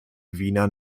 wiener